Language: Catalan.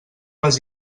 les